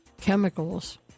chemicals